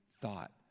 thought